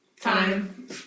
Time